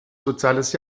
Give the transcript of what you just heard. soziales